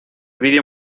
video